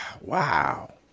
wow